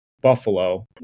buffalo